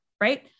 right